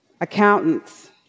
accountants